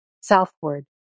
southward